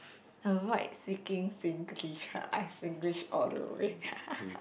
avoid speaking Singlish !huh! I Singlish all the way ha ha ha